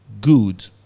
good